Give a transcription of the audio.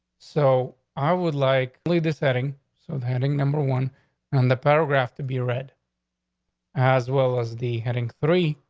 so i would like to leave this heading so of handing number one on the paragraph to be read as well as the heading three.